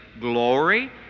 glory